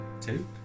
two